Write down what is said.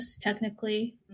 Technically